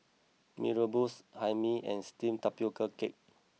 Mee Rebus Hae Mee and Steamed Tapioca Cake